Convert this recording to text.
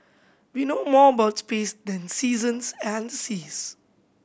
we know more about space than the seasons and the seas